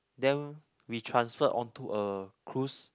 then we transferred onto a cruise